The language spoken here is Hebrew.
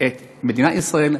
את מדינת ישראל,